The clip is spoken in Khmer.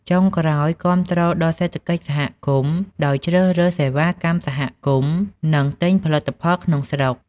ចុងក្រោយ គាំទ្រដល់សេដ្ឋកិច្ចសហគមន៍ ដោយជ្រើសរើសសេវាកម្មសហគមន៍ និងទិញផលិតផលក្នុងស្រុក។